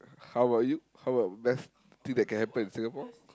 how about you how about best thing that can happen in Singapore